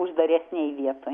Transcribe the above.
uždaresnėj vietoj